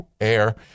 air